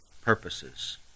purposes